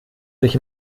sich